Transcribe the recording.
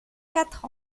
quatre